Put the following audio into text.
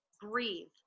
breathe